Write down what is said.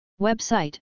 Website